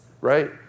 right